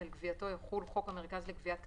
ועל גבייתו יחול חוק המרכז לגביית קנסות,